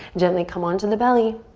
gently come onto the belly.